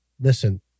listen